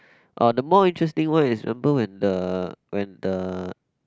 orh the more interesting one is remember when the when the